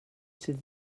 sydd